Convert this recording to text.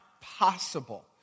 possible